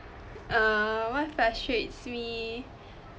err what frustrates me